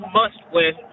must-win